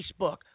Facebook